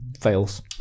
fails